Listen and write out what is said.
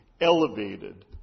elevated